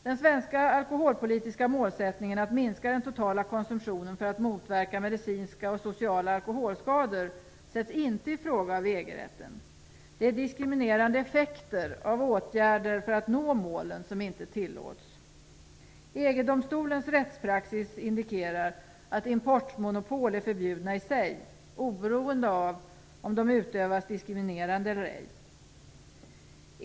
Den svenska alkoholpolitiska målsättningen att minska den totala konsumtionen för att motverka medicinska och sociala alkoholskador sätts inte i fråga av EG-rätten. Det är diskriminerande effekter av åtgärder för att nå målen som inte tillåts. EG-domstolens rättspraxis indikerar att importmonopol är förbjudna i sig, oberoende av om de utövas diskriminerande eller ej.